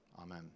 Amen